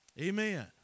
Amen